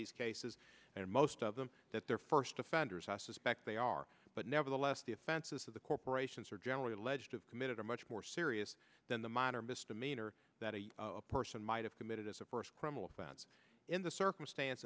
these cases and most of them that they're first offenders i suspect they are but nevertheless the offenses of the corporations are generally alleged have committed a much more serious than the minor misdemeanor that a person might have committed as a first criminal offense in the circumstance